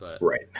Right